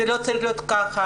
זה לא צריך להיות ככה.